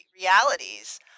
realities